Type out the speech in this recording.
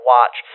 Watch